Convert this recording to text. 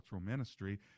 ministry